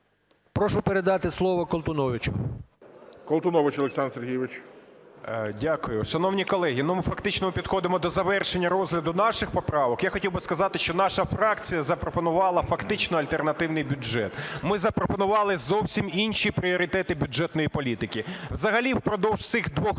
Прошу передати слово Колтуновичу. ГОЛОВУЮЧИЙ. Колтунович Олександр Сергійович. 12:40:15 КОЛТУНОВИЧ О.С. Дякую. Шановні колеги, ну, ми фактично підходимо до завершення розгляду наших поправок. Я хотів би сказати, що наша фракція запропонувала фактично альтернативний бюджет. Ми запропонували зовсім інші пріоритети бюджетної політики. Взагалі впродовж цих двох